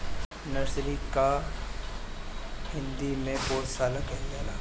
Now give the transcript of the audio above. nursery के हिंदी में पौधशाला कहल जाला